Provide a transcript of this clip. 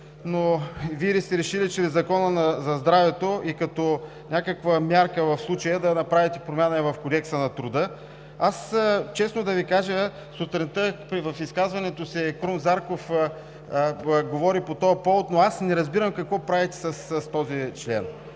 но и Вие сте решили сега в Закона за здравето, като някаква мярка в случая, да направите промени и в Кодекса на труда. Аз, честно да Ви кажа, сутринта, пък и в изказването си Крум Зарков говори по този повод, но аз не разбирам какво правите с този член.